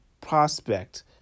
prospect